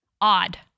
Odd